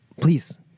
Please